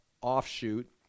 Offshoot